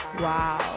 wow